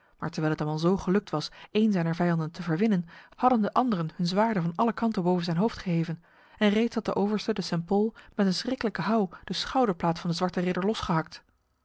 maar terwijl het hem alzo gelukt was een zijner vijanden te verwinnen hadden de anderen hun zwaarden van alle kanten boven zijn hoofd geheven en reeds had de overste de st pol met een schrikkelijke houw de schouderplaat van de zwarte ridder losgehakt